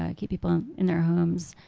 um keep people in their homes.